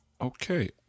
Okay